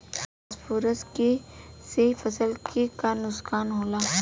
Phosphorus के से फसल के का नुकसान होला?